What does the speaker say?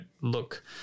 look